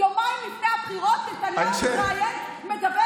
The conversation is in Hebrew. יומיים לפני הבחירות נתניהו מתראיין ומדבר